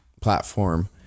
platform